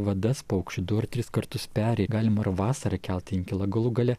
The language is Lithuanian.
vadas paukščių du ar tris kartus peri galima ir vasarą kelt inkilą galų gale